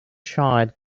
child